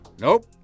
Nope